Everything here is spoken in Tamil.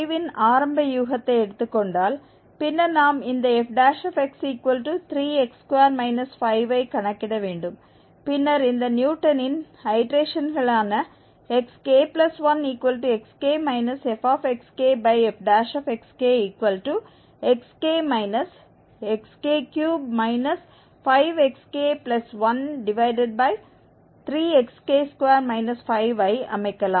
5ன் ஆரம்ப யூகத்தை எடுத்துக் கொண்டால் பின்னர் நாம் இந்த fx3x2 5 ஐ க்கணக்கிட வேண்டும் பின்னர் இந்த நியூட்டனின் ஐடேரேஷன்களான xk1xk fxkfxkxk xk3 5xk13xk2 5 ஐ அமைக்கலாம்